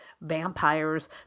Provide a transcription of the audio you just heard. vampires